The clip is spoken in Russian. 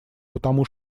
потому